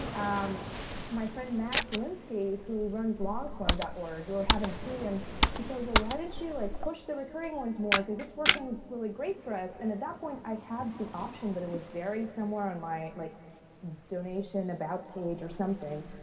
um my friend, max linsky who runs longform dot org, we were having tea and he said, well, why didn't you like push the recurring ones more because it's working really great for us. and at that point, i had the option, but it was buried somewhere in my like donation about page or something.